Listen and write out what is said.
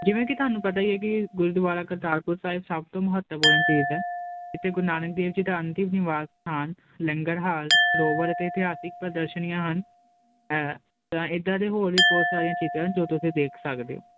ਜਿਵੇਂ ਕਿ ਤੁਹਾਨੂੰ ਪਤਾ ਹੀ ਹੈ ਕਿ ਗੁਰਦੁਆਰਾ ਕਰਤਾਰਪੁਰ ਸਾਹਿਬ ਸਭ ਤੋਂ ਮਹੱਤਵ ਚੀਜ਼ ਆ ਤੇ ਗੁਰੂ ਨਾਨਕ ਦੇਵ ਜੀ ਦਾ ਅੰਤਿਮ ਨਿਵਾਸ ਸਥਾਨ ਲੰਗਰ ਹਾਲ ਸਰੋਵਰ ਅਤੇ ਇਤਿਹਾਸਿਕ ਪ੍ਰਦਰਸ਼ਨੀਆਂ ਹਨ ਤਾਂ ਇਦਾਂ ਦੇ ਹੋਰ ਵੀ ਬਹੁਤ ਸਾਰੀਆਂ ਚੀਜ਼ਾਂ ਜੋ ਤੁਸੀਂ ਦੇਖ ਸਕਦੇ ਹੋ